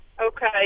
okay